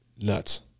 nuts